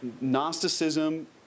Gnosticism